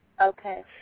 Okay